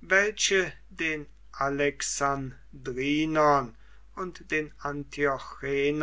welche den alexandrinern und den